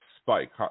spike